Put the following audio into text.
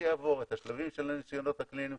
באותה צורה תיקון והתאמה לסעיף 6,